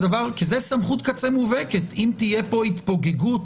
כי זה סמכות קצה מובהקת אם תהיה פה התפוגגות